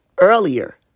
Earlier